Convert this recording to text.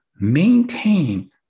maintain